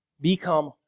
Become